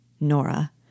Nora